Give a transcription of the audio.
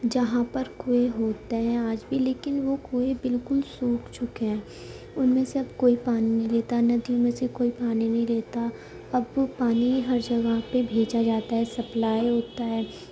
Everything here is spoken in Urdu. جہاں پر کنویں ہوتے ہیں آج بھی لیکن وہ کنویں بالکل سوکھ چکے ہیں ان میں سے اب کوئی پانی نہیں لیتا ندی میں سے کوئی پانی نہیں لیتا اب پانی ہر جگہ پہ بھیجا جاتا ہے سپلائی ہوتا ہے